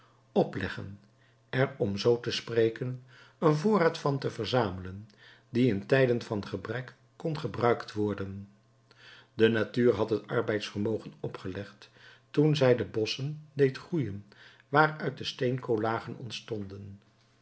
opleggen er om zoo te spreken een voorraad van verzamelen die in tijden van gebrek kon gebruikt worden de natuur had arbeidsvermogen opgelegd toen zij de bosschen deed groeijen waaruit de steenkolenlagen ontstonden